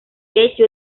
hecho